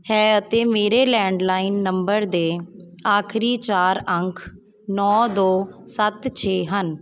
ਹੈ ਅਤੇ ਮੇਰੇ ਲੈਂਡਲਾਈਨ ਨੰਬਰ ਦੇ ਆਖਰੀ ਚਾਰ ਅੰਕ ਨੌਂ ਦੋ ਸੱਤ ਛੇ ਹਨ